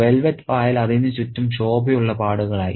velvet പായൽ അതിന് ചുറ്റും ശോഭയുള്ള പാടുകളായി